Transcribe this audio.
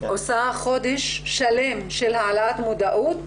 עושה חודש שלם של העלאת מודעות,